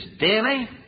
daily